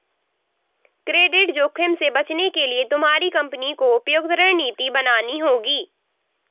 credit जोखिम से बचने के लिए तुम्हारी कंपनी को उपयुक्त रणनीति बनानी होगी